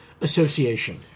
association